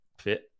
fit